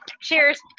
cheers